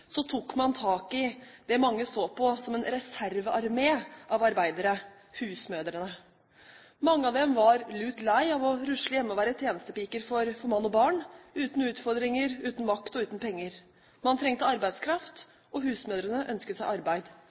så på som en reservearmé av arbeidere: husmødrene. Mange av dem var lut lei av å rusle hjemme og være tjenestepiker for mann og barn, uten utfordringer, uten makt og uten penger. Man trengte arbeidskraft, og husmødrene ønsket seg arbeid.